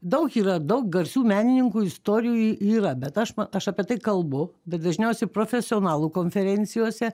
daug yra daug garsių menininkų istorijų yra bet aš ma aš apie tai kalbu bet dažniausiai profesionalų konferencijose